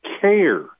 care